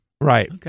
Right